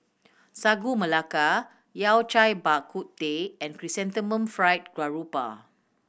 Sagu Melaka Yao Cai Bak Kut Teh and Chrysanthemum Fried Garoupa